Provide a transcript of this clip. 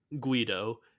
Guido